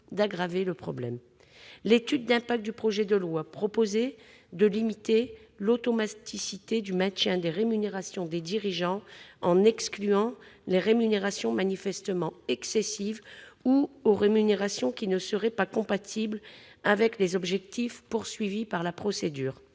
L'étude d'impact du projet de loi proposait de limiter l'automaticité du maintien des rémunérations des dirigeants en excluant les rémunérations manifestement excessives ou celles qui ne seraient pas compatibles avec les objectifs visés par la procédure.